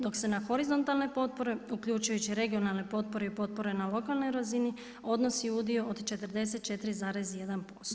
Dok se na horizontalne potpore uključujući regionalne potpore i potpore na lokalnoj razini odnosi udio od 44,1%